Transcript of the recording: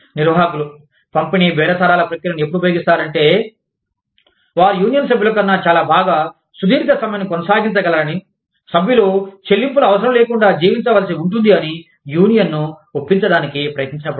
నిర్వాహకులు పంపిణీ బేరసారాల ప్రక్రియను ఎపుడు ఉపయోగిస్తారంటే వారు యూనియన్ సభ్యులకన్నా చాలా బాగా సుదీర్ఘ సమ్మెను కొనసాగించగలరని సభ్యులు చెల్లింపుల అవసరం లేకుండా జీవించవలసి ఉంటుంది అని యూనియన్ను ఒప్పించటానికి ప్రయత్నించినప్పుడు